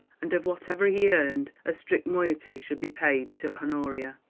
and of whatever he earned a strict moiety should be paid to honoria.